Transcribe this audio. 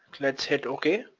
let's hit okay.